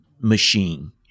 machine